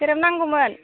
सेरेब नांगौमोन